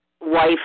wife